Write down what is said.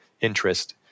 interest